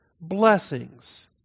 blessings